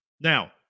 Now